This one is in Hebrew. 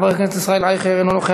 חבר הכנסת ישראל אייכלר, אינו נוכח.